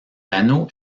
panneaux